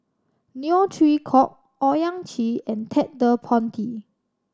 Neo Chwee Kok Owyang Chi and Ted De Ponti